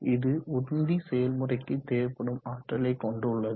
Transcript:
இது உந்தி செயல்முறைக்கு தேவைப்படும் ஆற்றலை கொண்டுள்ளது